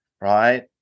right